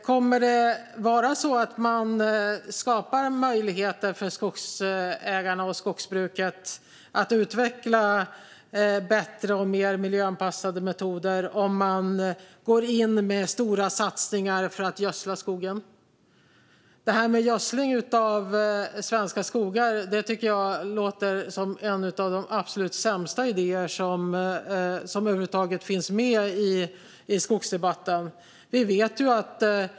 Kommer det att vara så att man skapar möjligheter för skogsägarna och skogsbruket att utveckla bättre och mer miljöanpassade metoder om man går in med stora satsningar för att gödsla skogen? Det här med gödsling av svenska skogar tycker jag låter som en av de absolut sämsta idéer som över huvud taget finns med i skogsdebatten.